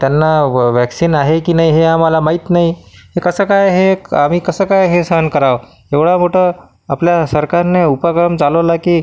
त्यांना व्हॅक्सिन आहे की नाही हे आम्हाला माहीत नाही कसं काय हे आम्ही कसं काय हे सहन करावं एवढा मोठा आपल्या सरकारने उपक्रम चालवलाय की